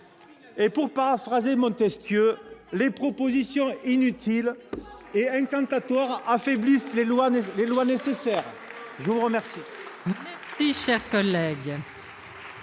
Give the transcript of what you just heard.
! Pour paraphraser Montesquieu, les propositions inutiles et incantatoires « affaiblissent les lois nécessaires. » Bravo